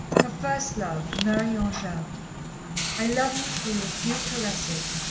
her first love marie-angele i love you for your few caresses,